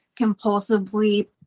compulsively